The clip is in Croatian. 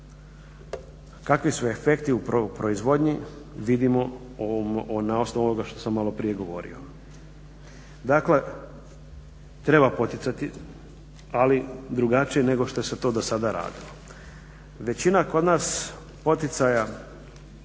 Kakvi su efekti u proizvodnji vidimo na osnovu ovoga što sam malo prije govorio. Dakle, treba poticati, ali drugačije nego što se to do sada radilo. Većina kod nas poticaja